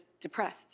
depressed